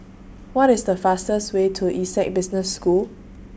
What IS The fastest Way to Essec Business School